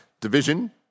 Division